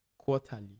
Quarterly